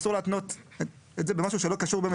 אסור להתנות את זה במשהו שלא קשור במישרין.